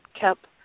kept